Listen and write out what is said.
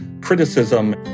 criticism